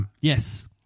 Yes